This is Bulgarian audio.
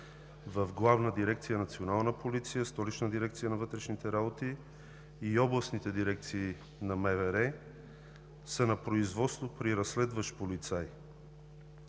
в Главна дирекция „Национална полиция“, Столична дирекция на вътрешните работи и областните дирекции на МВР, са на производство при разследващ полицай.